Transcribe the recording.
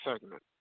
segment